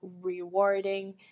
rewarding